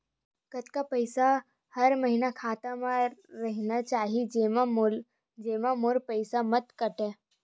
कतका पईसा हर महीना खाता मा रहिना चाही जेमा मोर पईसा मत काटे?